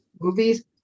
movies